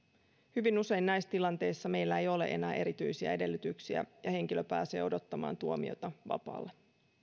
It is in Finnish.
hyvin usein näissä tilanteissa meillä ei ole enää erityisiä edellytyksiä ja henkilö pääsee odottamaan tuomiota vapaalle